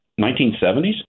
1970s